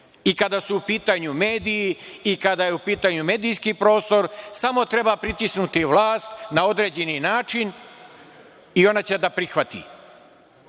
i kada su u pitanju mediji i kada je u pitanju medijski prostor. Samo treba pritisnuti vlast na određeni način i ona će da prihvati. To